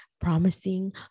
promising